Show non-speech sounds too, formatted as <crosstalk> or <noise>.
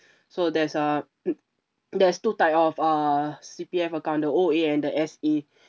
so there's uh <noise> there's two type of uh C_P_F account the O_A and the S_A